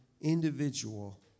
individual